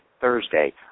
Thursday